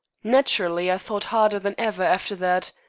naturally i thought harder than ever after that.